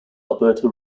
alberta